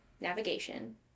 navigation